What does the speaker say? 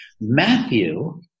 Matthew